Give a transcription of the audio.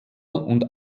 und